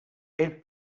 elle